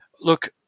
look